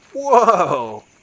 Whoa